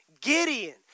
Gideon